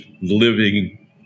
living